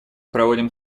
проводим